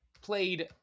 played